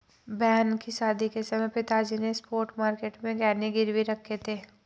बहन की शादी के समय पिताजी ने स्पॉट मार्केट में गहने गिरवी रखे थे